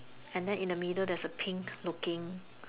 and then in the middle there's a pink looking